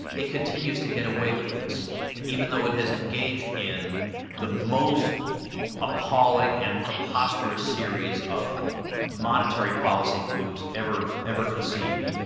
it continues to get away with this even though it has engaged in the most appalling and preposterous series of monetary policy moves ever ever conceived.